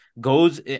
goes